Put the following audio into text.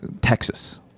Texas